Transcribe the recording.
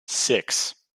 six